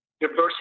diversity